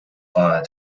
fire